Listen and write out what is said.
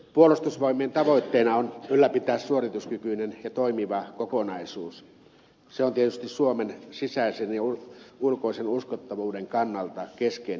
puolustusvoimien tavoitteena on ylläpitää suorituskykyinen ja toimiva kokonaisuus se on tietysti suomen sisäisen ja ulkoisen uskottavuuden kannalta keskeinen kysymys